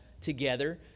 together